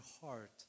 heart